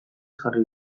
jarri